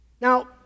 Now